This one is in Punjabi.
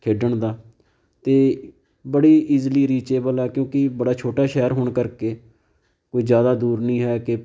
ਖੇਡਣ ਦਾ ਅਤੇ ਬੜੀ ਈਜ਼ੀਲੀ ਰੀਚੇਬਲ ਹੈ ਕਿਉਂਕਿ ਬੜਾ ਛੋਟਾ ਸ਼ਹਿਰ ਹੋਣ ਕਰਕੇ ਕੋਈ ਜ਼ਿਆਦਾ ਦੂਰ ਨਹੀਂ ਹੈ ਕਿ